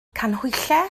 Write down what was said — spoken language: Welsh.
canhwyllau